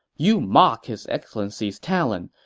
you mock his excellency's talent,